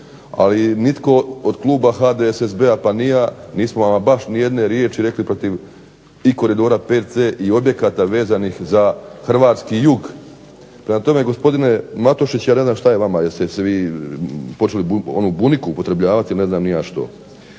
Ali nitko od Kluba HDSSB-a nitko, pa ni ja, nismo ama baš ni jedne riječi rekli protiv koridora VC i objekata vezanih za Hrvatski jug. Prema tome, gospodine Matušić ja ne znam što je vama, jeste se vi počeli buniku upotrebljavati ili ne znam što.